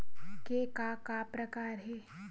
के का का प्रकार हे?